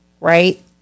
Right